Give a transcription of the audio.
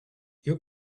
you